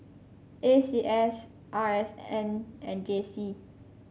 A C S R S N and J C